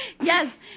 Yes